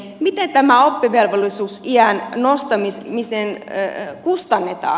miten tämä oppivelvollisuusiän nostaminen kustannetaan